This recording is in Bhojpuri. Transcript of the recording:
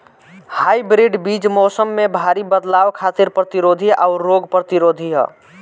हाइब्रिड बीज मौसम में भारी बदलाव खातिर प्रतिरोधी आउर रोग प्रतिरोधी ह